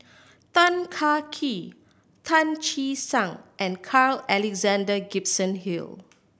Tan Kah Kee Tan Che Sang and Carl Alexander Gibson Hill